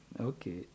okay